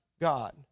God